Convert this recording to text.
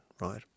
right